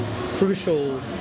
crucial